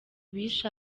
bishe